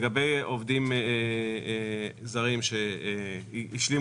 מסלול אחד מיועד לעובדים זרים ששוהים